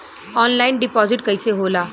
Online deposit कैसे होला?